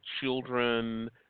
children